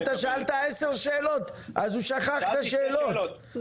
אתה שאלת עשר שאלות אז הוא שכח את השאלות.